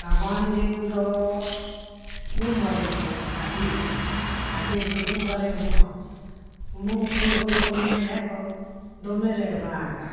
ᱨᱟᱵᱟᱝ ᱫᱤᱱ ᱫᱚ ᱩᱢ ᱵᱟᱞᱮ ᱩᱢᱩᱜᱼᱟ ᱠᱟᱹᱴᱤᱡ ᱨᱮ ᱠᱟᱹᱴᱤᱡ ᱨᱮᱫᱚ ᱩᱢ ᱵᱟᱞᱮ ᱩᱢᱩᱜᱼᱟ ᱩᱢᱩᱜ ᱠᱚ ᱩᱢ ᱞᱮᱠᱷᱟᱡ ᱠᱚ ᱫᱚᱢᱮ ᱞᱮ ᱨᱟᱜᱟ